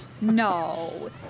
No